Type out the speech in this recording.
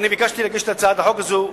אני ביקשתי להגיש את הצעת החוק הזאת.